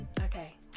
Okay